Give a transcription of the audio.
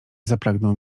zapragnął